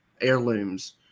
heirlooms